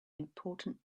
important